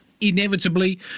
inevitably